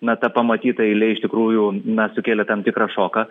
na ta pamatyta eilė iš tikrųjų na sukėlė tam tikrą šoką